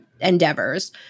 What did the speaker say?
endeavors